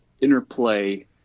interplay